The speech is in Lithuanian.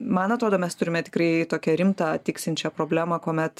man atrodo mes turime tikrai tokią rimtą tiksinčią problemą kuomet